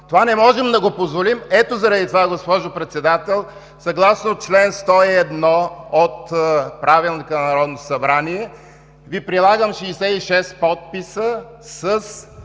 Това не можем да го позволим. Ето затова, госпожо Председател, съгласно чл. 101 от Правилника на Народното събрание Ви прилагам 66 подписа с